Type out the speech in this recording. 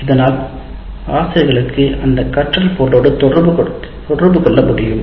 இதனால் ஆசிரியர்களுக்கு அந்த கற்றல் பொருளோடு தொடர்புகொள்ள முடியும்